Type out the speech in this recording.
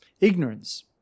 ignorance